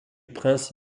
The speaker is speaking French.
prince